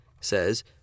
says